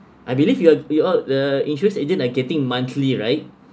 I believe you are you all the insurance agent are getting monthly right